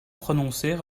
prononcer